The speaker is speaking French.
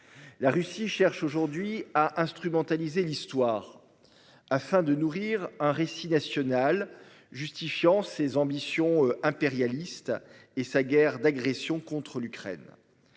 La Russie cherche aujourd'hui à instrumentaliser l'histoire. Afin de nourrir un récit national, justifiant ses ambitions impérialistes et sa guerre d'agression contre l'Ukraine.